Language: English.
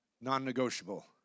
non-negotiable